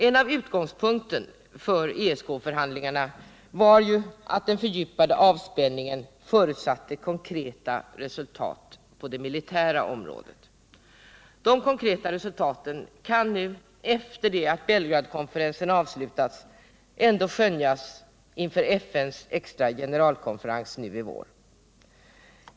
En av utgångspunkterna för ESK-förhandlingarna var ju att den fördjupade avspänningen förutsatte konkreta resultat på det militära området. De konkreta resultaten kan nu efter det att Belgradkonferensen avslutats ändå skönjas inför FN:s extra generalkonferens nu i vår.